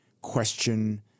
question